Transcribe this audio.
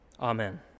Amen